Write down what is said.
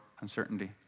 uncertainty